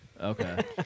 Okay